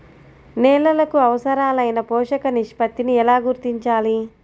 నేలలకు అవసరాలైన పోషక నిష్పత్తిని ఎలా గుర్తించాలి?